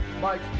Mike